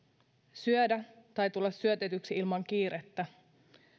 syödä tai tulla syötetyksi ilman kiirettä